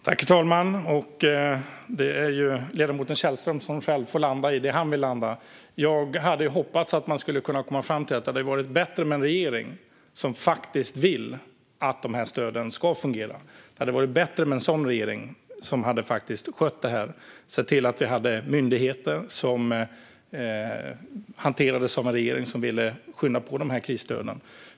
Herr talman! Ledamoten Källström får landa i det han vill landa i. Jag hade hoppats att man kunnat komma fram till att det hade varit bättre med en regering som faktiskt ville att de här stöden ska fungera och som skötte det här. Det hade varit bättre om våra myndigheter hanterats av en regering som ville skynda på de här krisstöden.